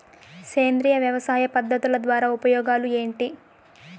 సేంద్రియ వ్యవసాయ పద్ధతుల ద్వారా ఉపయోగాలు ఏంటి?